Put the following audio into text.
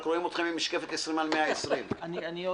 רק רואים אתכם עם משקפת 20 על 120. זה